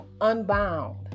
unbound